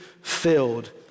filled